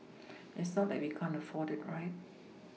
it's not like we can't afford it right